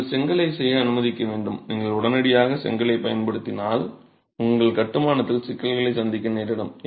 நீங்கள் செங்கலைச் செய்ய அனுமதிக்க வேண்டும் நீங்கள் உடனடியாக செங்கலைப் பயன்படுத்தினால் உங்கள் கட்டுமானத்தில் சிக்கல்களைச் சந்திக்க நேரிடும்